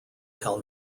tell